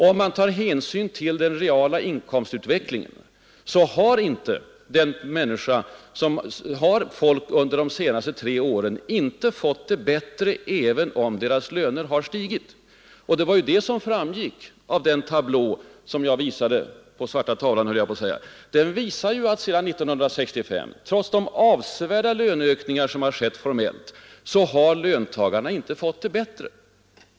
Om man tar hänsyn till den reala inkomstutvecklingen, har folk under de senaste tre åren inte fått det bättre, även om deras löner har stigit. Det var ju det som framgick av den tablå som jag visade på TV-skärmen: sedan 1965 har löntagarna, trots de avsevärda löneökningar som formellt har skett, inte fått det bättre.